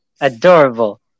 Adorable